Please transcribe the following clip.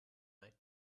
night